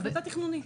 זו החלטה תכנונית.